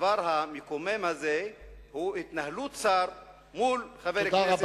הדבר המקומם הזה הוא התנהלות שר מול חבר כנסת.